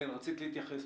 רצית להתייחס.